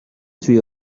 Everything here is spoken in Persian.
توی